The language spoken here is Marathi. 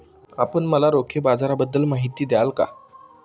आपण मला रोखे बाजाराबद्दल माहिती द्याल का?